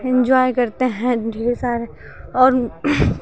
enjoy करते हैं ढेर सारे और